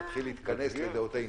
להתחיל להתכנס לדעותינו,